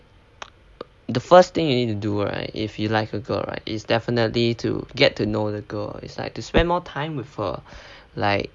the first thing you need to do right if you like a girl right is definitely to get to know the girl is like to spend more time with her like